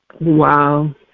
Wow